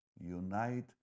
Unite